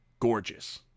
gorgeous